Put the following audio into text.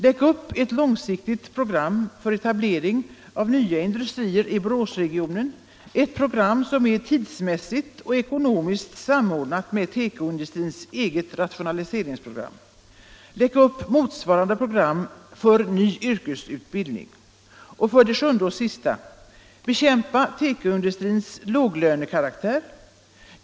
Lägg upp ett långsiktigt program för etablering av nya industrier i Boråsregionen, ett program som är tidsmässigt och ekonomiskt samordnat med tekoindustrins eget rationaliseringsprogram. Lägg upp motsvarande program för ny yrkesutbildning. 7. Bekämpa tekoindustrins låglönekaraktär.